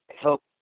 help